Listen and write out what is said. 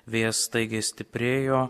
vėjas staigiai stiprėjo